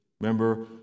remember